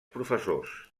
professors